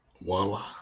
Voila